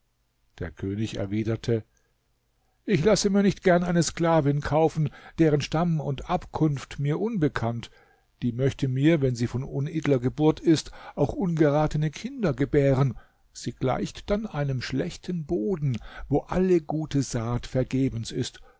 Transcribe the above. der könig erwiderte ich lasse mir nicht gern eine sklavin kaufen deren stamm und abkunft mir unbekannt die möchte mir wenn sie von unedler geburt ist auch ungeratene kinder gebären sie gleicht dann einem schlechten boden wo alle gute saat vergebens ist